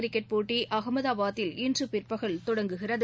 cricket போட்டிஅகமதாபாத்தில் இன்றுபிற்பகல் தொடங்குகிறது